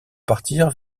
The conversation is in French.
partir